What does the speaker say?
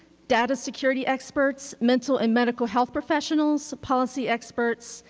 data security experts, mental and medical health professionals, policy experts,